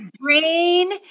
brain